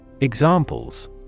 Examples